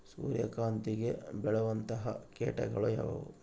ಸೂರ್ಯಕಾಂತಿಗೆ ಬೇಳುವಂತಹ ಕೇಟಗಳು ಯಾವ್ಯಾವು?